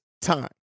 time